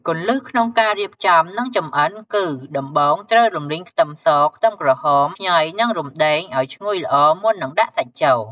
គន្លឹះក្នុងការរៀបចំ និងចម្អិនគឺ ដំបូងត្រូវរំលីងខ្ទឹមស ខ្ទឹមក្រហម ខ្ញី និងរុំដេង ឱ្យឈ្ងុយល្អមុននឹងដាក់សាច់ចូល។